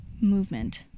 movement